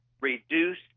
reduce